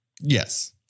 Yes